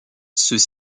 ceux